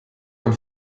man